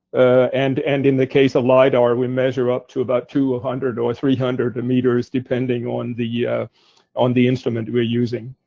and and in the case of lidar, we measure up to about two hundred or three hundred meters, depending on the yeah on the instrument we're using.